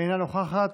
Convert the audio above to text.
אינה נוכחת,